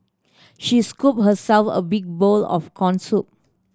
she scooped herself a big bowl of corn soup